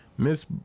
Miss